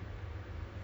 no belum